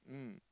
mm